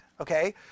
okay